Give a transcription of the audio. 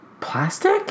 Plastic